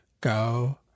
go